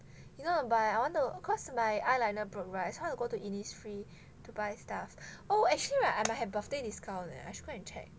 you know I buy I want to cause my eyeliner broke [right] so I want to go to Innisfree to buy stuff oh actually [right] I might have birthday discount leh I should go and check